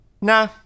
Nah